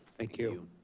thank you.